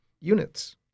units